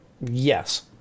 Yes